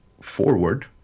forward